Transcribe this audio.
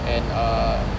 and uh